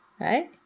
right